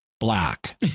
black